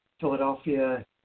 Philadelphia